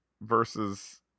versus